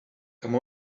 come